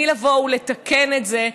בלבוא לתקן את זה,